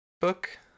book